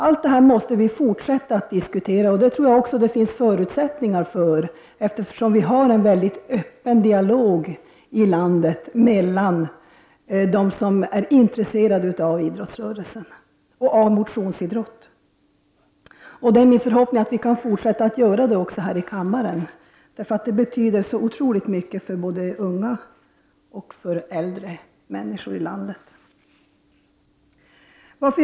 Allt detta måste vi fortsätta att diskutera, och det tror jag också att det finns förutsättningar för, eftersom vi har en mycket öppen dialog i landet mellan dem som är intresserade av idrottsrörelsen och av motionsidrott. Det är min förhoppning att vi kan fortsätta att föra denna debatt även här i kammaren, eftersom idrotten betyder så otroligt mycket för både unga och äldre människor i landet. Herr talman!